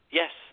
yes